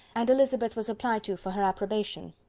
and elizabeth was applied to for her approbation.